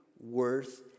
Worth